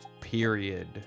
period